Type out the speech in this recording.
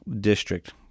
district